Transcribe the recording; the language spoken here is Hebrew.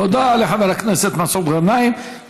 תודה לחבר הכנסת מסעוד גנאים.